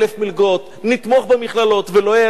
נתמוך במכללות ולא יהיה להם איפה לגור,